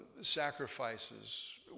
sacrifices